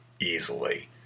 easily